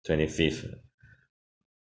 twenty fifth